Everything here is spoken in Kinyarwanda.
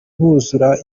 buzura